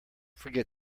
forget